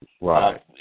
Right